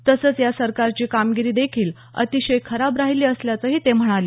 तसंच या सरकारची कामगिरी देखील अतिशय खराब राहिली असल्याचही ते म्हणाले